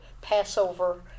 Passover